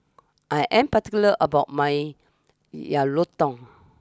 I am particular about my Yang Rou Tang